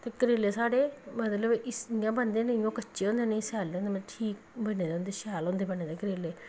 ते करेले साढ़े मतलव इ'यां बनदे ओह् नां कच्चे होंदे नां सैल्ले ठीक बने दे होंदे शैल बने दे होंदे करेले